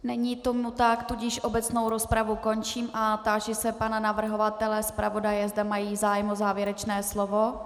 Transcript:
Není tomu tak, tudíž obecnou rozpravu končím a táži se pana navrhovatele, zpravodaje, zda mají zájem o závěrečné slovo.